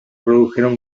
produjeron